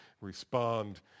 respond